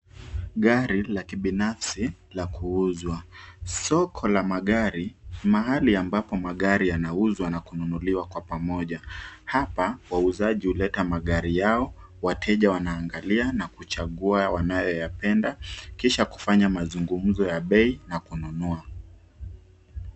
Gari la kibinafsi la kuuzwa. Soko la magari, mahali ambapo magari yanauzwa na kununuliwa kwa pamoja. Hapa wauzaji huleta magari yao, wateja wanaangalia na kuchagua wanayoyapenda, kisha kufanya mazungumzo ya bei na kununua.